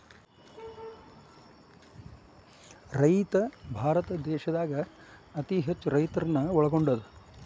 ರೈತ ಭಾರತ ದೇಶದಾಗ ಅತೇ ಹೆಚ್ಚು ರೈತರನ್ನ ಒಳಗೊಂಡಿದೆ